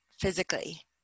physically